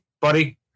buddy